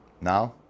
now